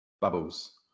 bubbles